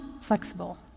flexible